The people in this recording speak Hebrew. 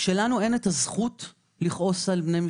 שאין לנו את הזכות לכעוס על בני המשפחה.